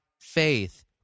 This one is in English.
faith